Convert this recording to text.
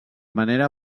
manera